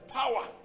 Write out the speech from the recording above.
power